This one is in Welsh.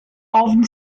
ofn